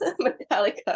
metallica